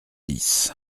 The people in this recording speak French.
dix